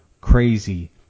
crazy